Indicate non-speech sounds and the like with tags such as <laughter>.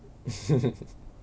<laughs>